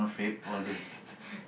all day